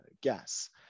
gas